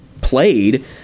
played